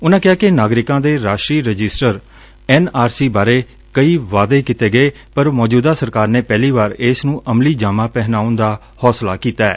ਉਨੂਾ ਕਿਹਾ ਕਿ ਨਾਗਰਿਕਾਂ ਦੇ ਰਾਸਟਰੀ ਰਜਿਸਟਰ ਐਨ ਆਰ ਸੀ ਬਾਰੇ ਕਈ ਵਾਇਦੇ ਕੀਤੇ ਗਏ ਪਰ ਮੌਜੁਦਾ ਸਰਕਾਰ ਨੇ ਪਹਿਲੀ ਵਾਰ ਇਸ ਨੂੰ ਅਮਲੀ ਜਾਮਾ ਪਹਿਨਾਉਣ ਦਾ ਹੌਂਸਲਾ ਕੀਤੈ